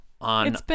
on